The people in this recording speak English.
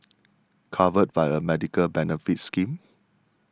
covered by a medical benefits scheme